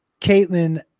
Caitlin